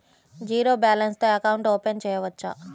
Zero balance తో account open చేయవచ్చు?